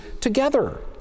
together